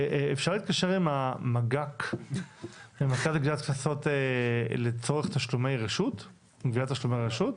אפשר להתקשר עם המרכז לגביית קנסות לצורך גביית תשלומי רשות?